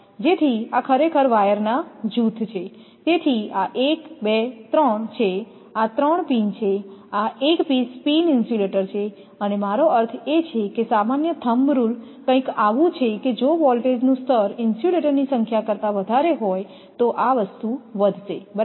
જેથી આ ખરેખર વાયરના જૂથ છે તેથી આ 1 2 3 છે આ 3 પિન છેઆ એક પીસ પિન ઇન્સ્યુલેટર છે અને મારો અર્થ એ છે કે સામાન્ય થમ્બ રૂલ કંઈક આવું છે કે જો વોલ્ટેજનું સ્તર ઇન્સ્યુલેટરની સંખ્યા કરતા વધારે હોય તો આ વસ્તુ વધશે બરાબર